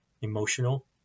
emotional